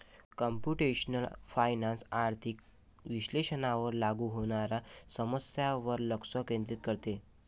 computational finance आर्थिक विश्लेषणावर लागू होणाऱ्या समस्यांवर लक्ष केंद्रित करते